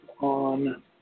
on